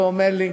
ואומר לי: